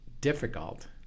Difficult